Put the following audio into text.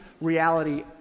reality